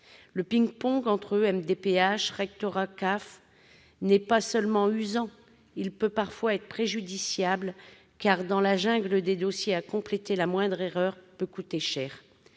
Le « ping-pong » entre MDPH, rectorat, CAF n'est pas seulement usant, il peut parfois être préjudiciable. Dans la jungle des dossiers à compléter, la moindre erreur peut en effet